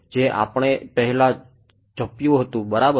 જે આપણે પહેલા જ્પ્યું હતું બરાબર